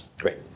Great